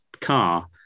car